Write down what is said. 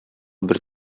бер